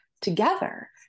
together